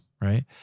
Right